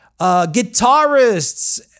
guitarists